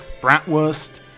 bratwurst